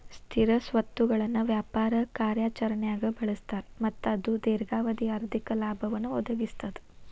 ಸ್ಥಿರ ಸ್ವತ್ತುಗಳನ್ನ ವ್ಯಾಪಾರ ಕಾರ್ಯಾಚರಣ್ಯಾಗ್ ಬಳಸ್ತಾರ ಮತ್ತ ಅದು ದೇರ್ಘಾವಧಿ ಆರ್ಥಿಕ ಲಾಭವನ್ನ ಒದಗಿಸ್ತದ